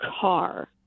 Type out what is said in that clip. car